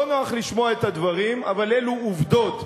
לא נוח לשמוע את הדברים, אבל אלו עובדות.